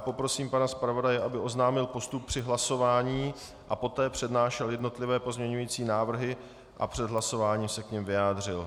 Poprosím pana zpravodaje, aby oznámil postup při hlasování, poté přednášel jednotlivé pozměňující návrhy a před hlasováním se k nim vyjádřil.